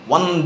One